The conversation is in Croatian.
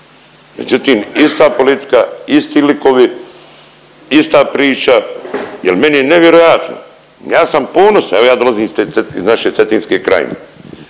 međutim ista politika, isti likovi, ista priča. Jer meni je nevjerojatno, ja a ponosan, evo ja dolazim iz naše Cetinske krajine